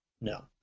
no